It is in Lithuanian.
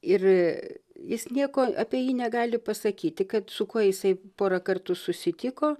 ir jis nieko apie jį negali pasakyti kad su kuo jisai porą kartų susitiko